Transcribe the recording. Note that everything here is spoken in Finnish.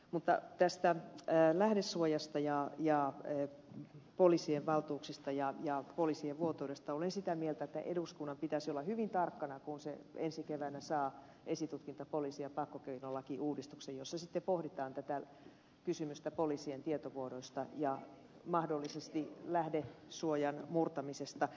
mutta tästä lähdesuojasta ja poliisien valtuuksista ja poliisien vuotamisesta olen sitä mieltä että eduskunnan pitäisi olla hyvin tarkkana kun se ensi keväänä saa esitutkinta poliisi ja pakkokeinolakiuudistuksen jossa sitten pohditaan tätä kysymystä poliisien tietovuodoista ja mahdollisesti lähdesuojan murtamisesta